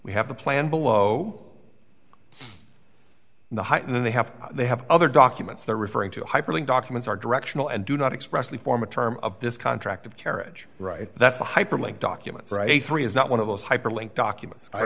we have the plan below the height and they have they have other documents they're referring to hyperlink documents are directional and do not expressly form a term of this contract of carriage right that's the hyperlink documents right three is not one of those hyperlink documents i